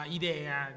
idea